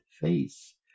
face